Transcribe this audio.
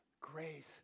Grace